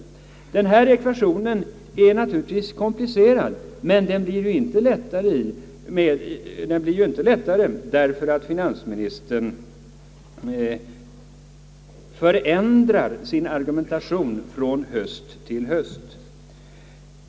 Denna ekvation är naturligtvis komplicerad, men den blir inte lättare för att finansministern ändrar sin argumentation från höst till höst.